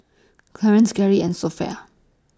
Clarnce Garry and Sofia